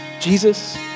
Jesus